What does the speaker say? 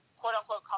quote-unquote